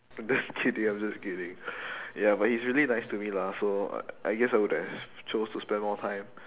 I'm just kidding I'm just kidding ya but he's really nice to me lah so I I guess I would have chose to spend more time